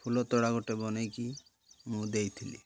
ଫୁଲ ତୋଡ଼ା ଗୋଟେ ବନେଇକି ମୁଁ ଦେଇଥିଲି